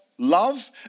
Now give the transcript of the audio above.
Love